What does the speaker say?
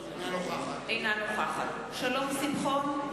אינה נוכחת שלום שמחון,